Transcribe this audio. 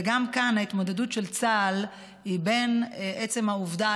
וגם כאן ההתמודדות של צה"ל היא בעצם העובדה